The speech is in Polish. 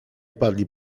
wpadli